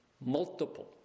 multiple